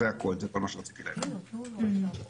כמובן שכל שאר הדרישות יתקיימו במחקרים קליניים,